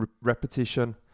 repetition